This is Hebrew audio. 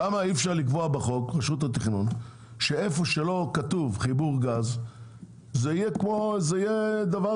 למה אי-אפשר לקבוע בחוק שבמקום שלא כתוב חיבור גז זה יהיה דבר